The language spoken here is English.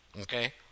okay